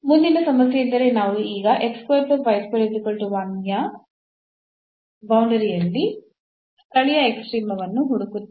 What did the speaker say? ಮುಂದಿನ ಸಮಸ್ಯೆಯೆಂದರೆ ನಾವು ಈಗ ನ ಬೌಂಡರಿಯಲ್ಲಿ ಸ್ಥಳೀಯ ಎಕ್ಸ್ಟ್ರೀಮವನ್ನು ಹುಡುಕುತ್ತೇವೆ